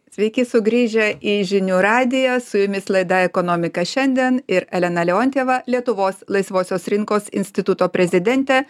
sveiki sugrįžę į žinių radiją su jumis laida ekonomika šiandien ir elena leontjeva lietuvos laisvosios rinkos instituto prezidentė